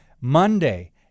Monday